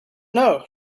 know